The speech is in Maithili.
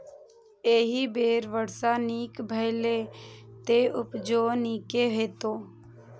एहि बेर वर्षा नीक भेलैए, तें उपजो नीके हेतै